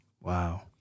Wow